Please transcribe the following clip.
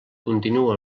continua